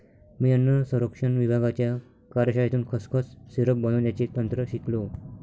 मी अन्न संरक्षण विभागाच्या कार्यशाळेतून खसखस सिरप बनवण्याचे तंत्र शिकलो